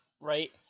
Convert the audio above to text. right